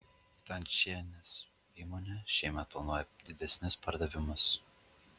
zdančienės įmonė šiemet planuoja didesnius pardavimus